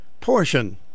portion